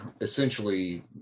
essentially